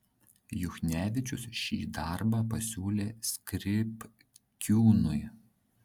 juchevičius šį darbą pasiūlė skripkiūnui